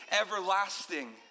everlasting